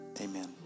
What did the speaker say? Amen